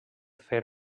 fer